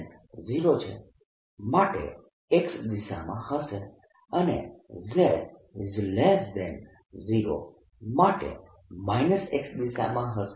તો આ z0 માટે X દિશામાં હશે અને z0 માટે X દિશામાં હશે